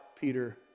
Peter